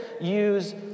use